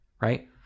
right